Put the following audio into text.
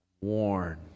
Worn